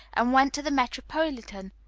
and went to the metropolitan,